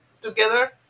together